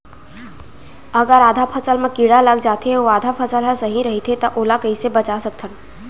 अगर आधा फसल म कीड़ा लग जाथे अऊ आधा फसल ह सही रइथे त ओला कइसे बचा सकथन?